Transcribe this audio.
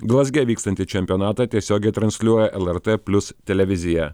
glazge vykstantį čempionatą tiesiogiai transliuoja lrt plius televizija